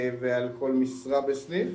ועל כל משרה בסניף.